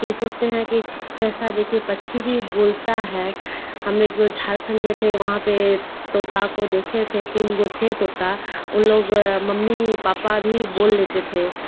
कि सोचते हैं कि कैसा देखिए पक्षी भी बोलता है हमें एक बार झारखण्ड में थे वहाँ पर तोते को देखे थे तीन वो थे तोता उन लोग मम्मी पापा भी बोल लेते थे